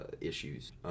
issues